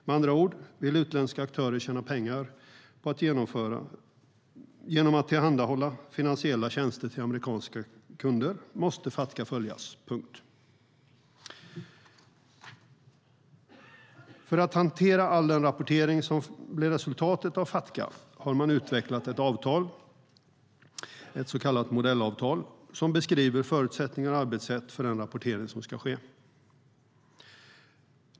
Med andra ord: Vill utländska aktörer tjäna pengar genom att tillhandahålla finansiella tjänster till amerikanska kunder måste Fatca följas - punkt. För att hantera all den rapportering som blir resultatet av Fatca har man utvecklat ett så kallat modellavtal som beskriver förutsättningar och arbetssätt för den rapportering som ska ske.